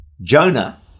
Jonah